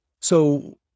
So-